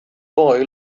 boy